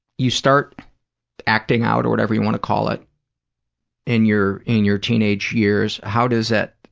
you start acting out or whatever you want to call it in your in your teenage years. how does that,